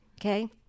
okay